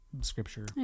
Scripture